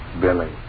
Billy